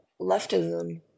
leftism